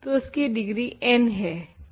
तो इसकी degree n है